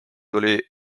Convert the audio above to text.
tuli